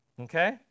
Okay